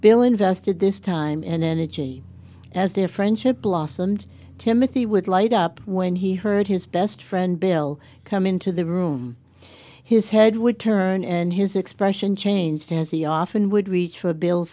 bill invested this time and energy as their friendship blossomed timothy would light up when he heard his best friend bill come into the room his head would turn and his expression changed as he often would reach for bill